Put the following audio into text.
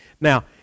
Now